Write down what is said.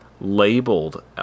labeled